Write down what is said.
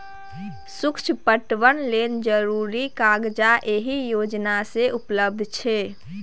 सुक्ष्म पटबन लेल जरुरी करजा एहि योजना मे उपलब्ध छै